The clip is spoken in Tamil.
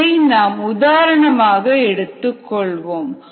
இதை நாம் உதாரணமாக எடுத்துக் கொள்வோம்